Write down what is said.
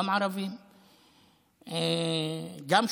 גם ערבים,